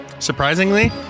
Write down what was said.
Surprisingly